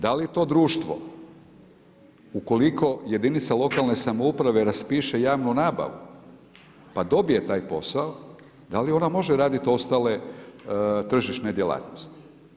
Da li to društvo ukoliko jedinica lokalne samouprave raspiše javnu nabavu pa dobije taj posao, da li ona može raditi ostale tržišne djelatnosti.